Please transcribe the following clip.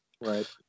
Right